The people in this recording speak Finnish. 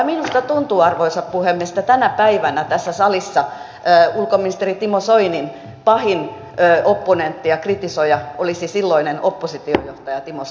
minusta tuntuu arvoisa puhemies että tänä päivänä tässä salissa ulkoministeri timo soinin pahin opponentti ja kritisoija olisi silloinen oppositiojohtaja timo soini